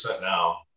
now